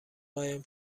قایم